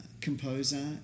composer